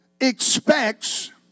expects